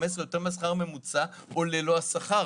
47.5% מהשכר הממוצע במשק.